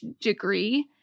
degree